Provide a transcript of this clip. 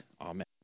Amen